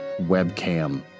webcam